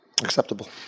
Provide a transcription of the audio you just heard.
Acceptable